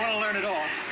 learn it all?